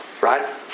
Right